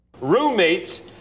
roommates